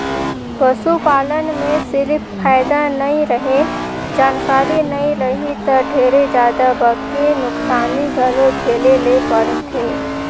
पसू पालन में सिरिफ फायदा नइ रहें, जानकारी नइ रही त ढेरे जादा बके नुकसानी घलो झेले ले परथे